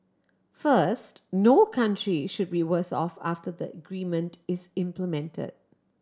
first no country should be worse off after the agreement is implemented